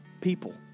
people